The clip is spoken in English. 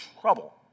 trouble